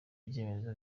ibyemezo